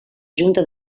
junta